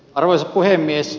arvoisa puhemies